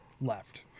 left